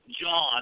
John